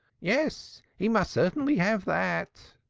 yes, he must certainly have that,